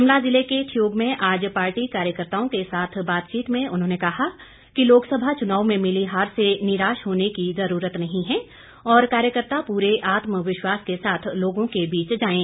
शिमला जिले के ठियोग में आज पार्टी कार्यकर्ताओं के साथ बातचीत में उन्होंने कहा कि लोकसभा चुनाव में मिली हार से निराश होने की जरूरत नहीं है और कार्यकर्ता पूरे आत्मविश्वास के साथ लोगों के बीच जाएं